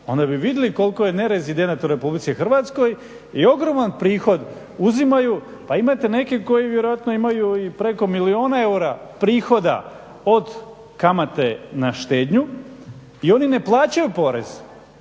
onda bi vidjeli koliko je nerezidenata u Republici Hrvatskoj i ogroman prihod uzimaju. Pa imate neke koji vjerojatno imaju i preko milijun eura prihoda od kamate na štednju i oni ne plaćaju porez,